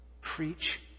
Preach